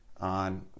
on